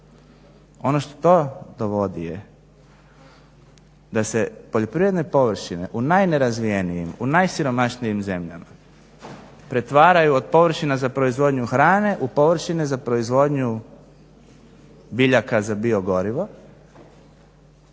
Ono što dovodi je da se poljoprivredne površine u najnerazvijenijim u najsiromašnijim zemljama pretvaraju od površina za proizvodnju hrane u površine za proizvodnju biljaka za biogorivo.